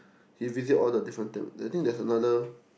he visit all the different temp~ I think there's another